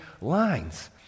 lines